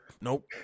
nope